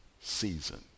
season